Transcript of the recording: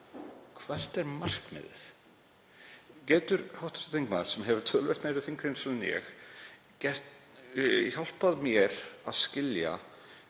Hvert er markmiðið? Getur hv. þingmaður, sem hefur töluvert meiri þingreynslu en ég, hjálpað mér að skilja